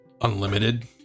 unlimited